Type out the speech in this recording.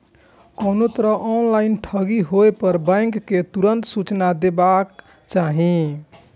कोनो तरहक ऑनलाइन ठगी होय पर बैंक कें तुरंत सूचना देबाक चाही